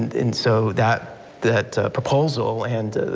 and and so that that proposal and,